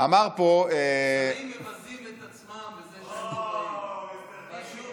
השרים מבזים את עצמם בזה שהם לא נמצאים.